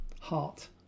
heart